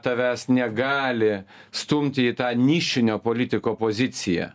tavęs negali stumti į tą nišinio politiko poziciją